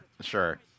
sure